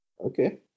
Okay